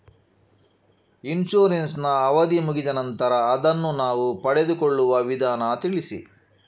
Insurance ನ ಅವಧಿ ಮುಗಿದ ನಂತರ ಅದನ್ನು ನಾವು ಪಡೆದುಕೊಳ್ಳುವ ವಿಧಾನ ತಿಳಿಸಿ?